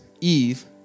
Eve